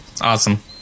Awesome